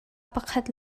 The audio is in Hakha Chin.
pakhat